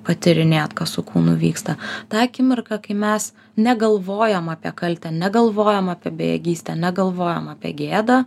patyrinėt kas su kūnu vyksta tą akimirką kai mes negalvojam apie kaltę negalvojam apie bejėgystę negalvojam apie gėdą